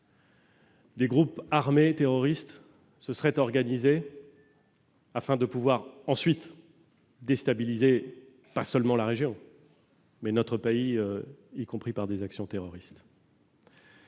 des groupes armés terroristes se seraient organisés afin de pouvoir, ensuite, déstabiliser, non seulement la région, mais encore notre pays, y compris par des actions terroristes.